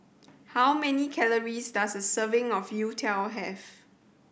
how many calories does a serving of youtiao have